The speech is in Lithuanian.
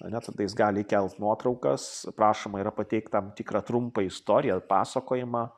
ane tada jis gali įkelt nuotraukas prašoma yra pateikt tam tikrą trumpą istoriją pasakojimą